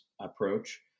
approach